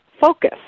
focus